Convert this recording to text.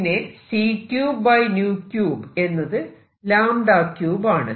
പിന്നെ c3 𝞶3 എന്നത് 𝞴3 ആണ്